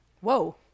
whoa